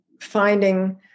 finding